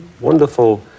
wonderful